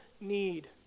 need